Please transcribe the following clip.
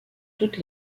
toutes